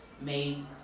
made